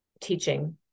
teaching